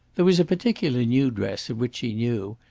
there was a particular new dress of which she knew,